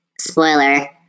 spoiler